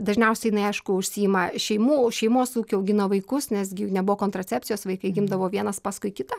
dažniausiai jinai aišku užsiima šeimų šeimos ūkiu augino vaikus nes gi nebuvo kontracepcijos vaikai gimdavo vienas paskui kitą